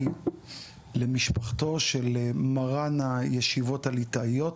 למשפחתו של מרן הישיבות הליטאיות,